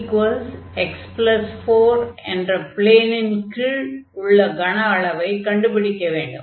zx4 என்ற ப்ளேனின் கீழ் உள்ள கன அளவைக் கண்டுபிடிக்க வேண்டும்